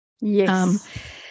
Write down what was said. Yes